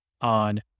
on